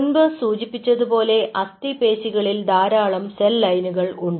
മുൻപ് സൂചിപ്പിച്ചതുപോലെ അസ്ഥി പേശികളിൽ ധാരാളം സെൽ ലൈനുകൾ ഉണ്ട്